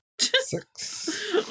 Six